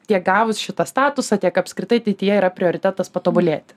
tiek gavus šitą statusą tiek apskritai ateityje yra prioritetas patobulėti